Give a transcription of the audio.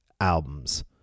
albums